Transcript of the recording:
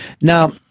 Now